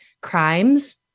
crimes